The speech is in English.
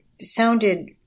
sounded